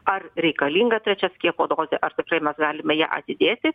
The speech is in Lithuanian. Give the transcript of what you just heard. ar reikalinga trečia skiepo dozė ar tikrai mes galime ją atidėti